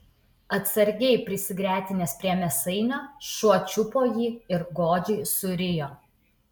atsargiai prisigretinęs prie mėsainio šuo čiupo jį ir godžiai surijo